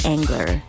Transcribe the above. Angler